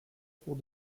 pour